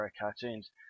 cartoons